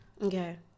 Okay